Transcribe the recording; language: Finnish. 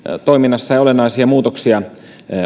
toiminnassa ei olennaisia muutoksia